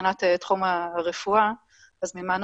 מהמערכת הרירית של העופות ואחרי עשרה ימים זה נגמר